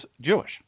Jewish